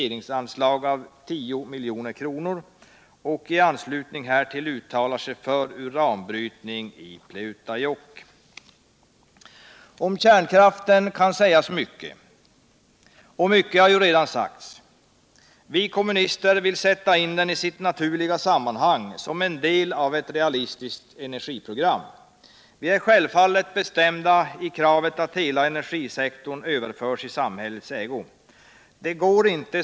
Om kärnkraften kan mycket sägas, och mycket har redan sagts. Vi kommunister vill sätta in den i sitt naturliga sammanhang, som en del av ett realistiskt energiprogram. Vi är självfallet bestämda i kravet att hela energisektorn skall överföras i samhällets ägo. Det går inte.